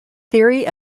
theory